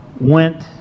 went